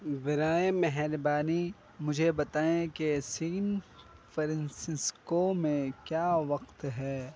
براہ مہربانی مجھے بتائیں کہ سین فرینسسکو میں کیا وقت ہے